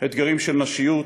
אתגרים של נשיות,